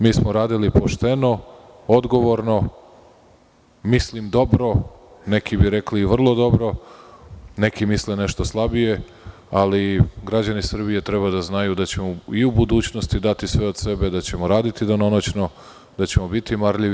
Mi smo radili pošteno, odgovorno, mislim dobro, neki bi rekli vrlo dobro, neki misle nešto slabije, ali građani Srbije treba da znaju da ćemo i u budućnosti dati sve od sebe, da ćemo raditi danonoćno, da ćemo biti marljivi.